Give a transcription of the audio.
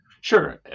Sure